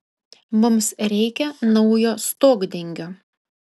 mums reikia naujo stogdengio